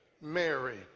Mary